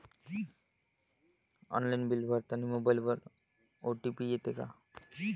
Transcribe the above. Online bill भरतानी मोबाईलवर OTP येते का?